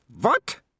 what